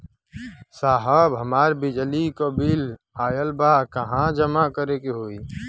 साहब हमार बिजली क बिल ऑयल बा कहाँ जमा करेके होइ?